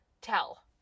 tell